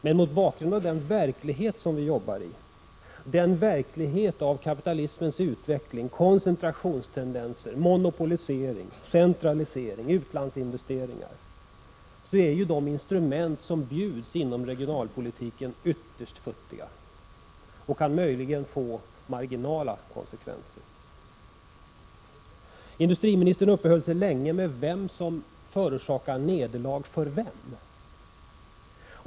Men mot bakgrund av den verklighet som vi jobbar i — med kapitalismens utveckling, koncentrationstendenser, monopolisering, centralisering, utlandsinvesteringar — är ju de instrument som bjuds inom regionalpolitiken ytterst futtiga och kan möjligen få marginella konsekvenser. Industriministern uppehöll sig länge vid frågan vem som förorsakar nederlag för vem.